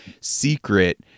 secret